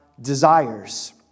desires